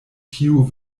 tiu